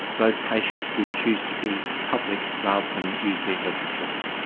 those patients would choose to be public rather than use their health insurance.